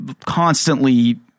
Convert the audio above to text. constantly